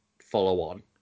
follow-on